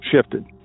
shifted